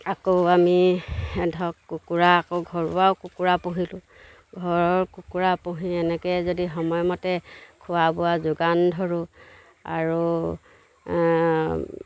আকৌ আমি ধৰক কুকুৰা আকৌ ঘৰুৱাও কুকুৰা পুহিলোঁ ঘৰৰ কুকুৰা পুহি এনেকৈ যদি সময়মতে খোৱা বোৱা যোগান ধৰোঁ আৰু